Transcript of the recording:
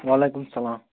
وعلیکُم سلام